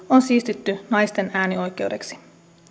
on siistitty naisten äänioikeudeksi